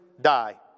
die